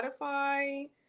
Spotify